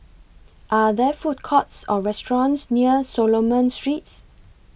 Are There Food Courts Or restaurants near Solomon Street